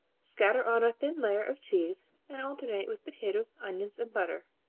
scatter on a thin layer of cheese and alternate with potatoes, onions and butter.